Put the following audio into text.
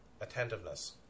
attentiveness